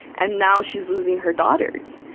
and now she's losing her daughters.